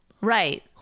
Right